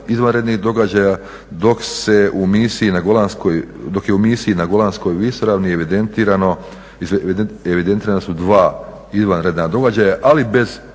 izvanrednih događaja dok je u Misiji na Golanskoj visoravni evidentirana su izvanredna događaja ali bez